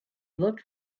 looked